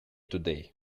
today